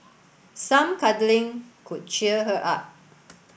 some cuddling could cheer her up